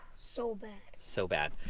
so bad. so bad.